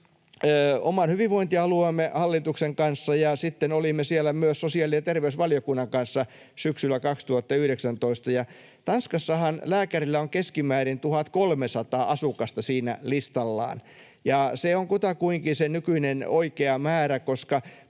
oman hyvinvointialueemme hallituksen kanssa, ja sitten olimme siellä myös sosiaali- ja terveysvaliokunnan kanssa syksyllä 2019. Tanskassahan lääkärillä on keskimäärin 1 300 asukasta siinä listallaan, ja se on kutakuinkin se nykyinen oikea määrä, koska